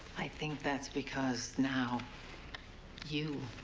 i think that's because now you.